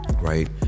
Right